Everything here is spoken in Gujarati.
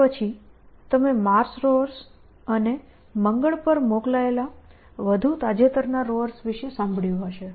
તે પછી તમે માર્સ રોઅર્સ અને મંગળ પર મોકલેલા વધુ તાજેતરના રોઅર્સ વિશે સાંભળ્યું હશે